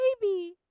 baby